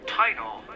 title